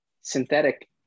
synthetic